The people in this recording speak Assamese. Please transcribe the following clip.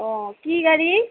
অ' কি গাড়ী